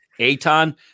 Aton